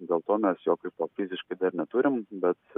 dėl to mes jo kaip po fiziškai dar neturim bet